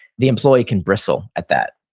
the employee can bristle at that.